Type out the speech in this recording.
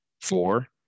four